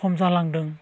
खम जालांदों